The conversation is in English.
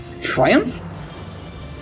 Triumph